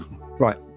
Right